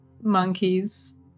monkeys